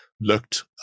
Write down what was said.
looked